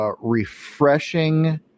refreshing